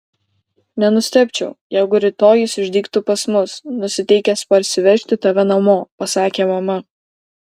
nenustebčiau jeigu rytoj jis išdygtų pas mus nusiteikęs parsivežti tave namo pasakė mama